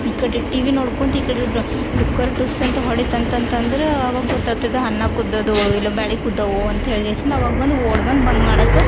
ಈ ಕಡೆ ಟಿವಿ ನೋಡ್ಕೊಂತ ಈ ಕಡೆ ಡೊ ಕುಕ್ಕರ್ ಟುಸ್ ಅಂತ ಹೊಡಿತು ಅಂತಂತಂದ್ರೆ ಅವಾಗ ಗೊತ್ತಾತಿದ್ದು ಅನ್ನ ಕುದ್ದದೋ ಇಲ್ಲ ಬ್ಯಾಳೆ ಕುದ್ದವೋ ಅಂತ ಹೇಳಿ ಅವಾಗ ಬಂದು ಓಡಿ ಬಂದು ಬಂದ್ ಮಾಡಕ್ಕೆ